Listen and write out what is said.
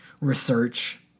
research